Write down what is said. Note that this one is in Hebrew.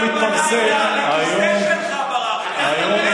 לכיסא שלך ברחת.